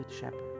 Shepherd